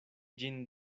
ĝin